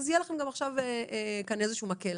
יהיה לכם עכשיו איזשהו מקל.